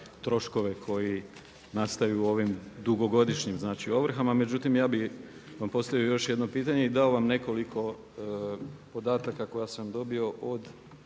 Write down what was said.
troškove koji nastaju ovim dugogodišnjim znači ovrhama. Međutim, ja bih vam postavio još jedno pitanje i dao vam nekoliko podataka koje sam dobio od